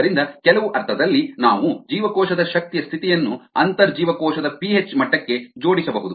ಆದ್ದರಿಂದ ಕೆಲವು ಅರ್ಥದಲ್ಲಿ ನಾವು ಜೀವಕೋಶದ ಶಕ್ತಿಯ ಸ್ಥಿತಿಯನ್ನು ಅಂತರ್ಜೀವಕೋಶದ ಪಿಹೆಚ್ ಮಟ್ಟಕ್ಕೆ ಜೋಡಿಸಬಹುದು